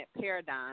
paradigm